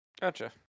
gotcha